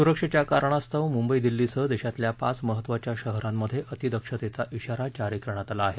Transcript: सुरक्षेच्या कारणास्तव मुंबई दिल्लीसह देशातल्या पाच महत्त्वाच्या शहरांमध्ये अतिदक्षतेचा शारा जारी करण्यात आला आहे